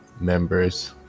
members